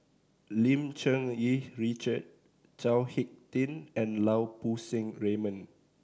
Lim Cherng Yih Richard Chao Hick Tin and Lau Poo Seng Raymond